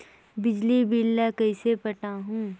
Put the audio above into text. बिजली बिल ल कइसे पटाहूं?